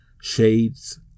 Shades